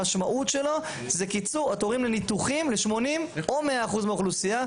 המשמעות שלו זה קיצור התורים לניתוחים ל-80% או 100% מהאוכלוסייה,